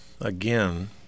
again